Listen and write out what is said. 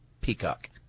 peacock